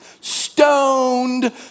stoned